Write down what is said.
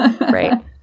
Right